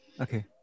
Okay